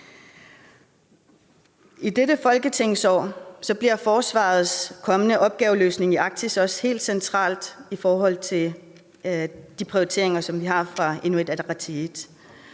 I dette folketingsår bliver Forsvarets kommende opgaveløsning i Arktis også helt central i forhold til de prioriteringer, som vi har i Inuit Ataqatigiit.